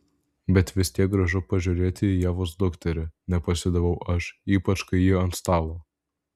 bet vis tiek gražu pažiūrėti į ievos dukterį nepasidaviau aš ypač kai ji ant stalo